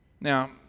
Now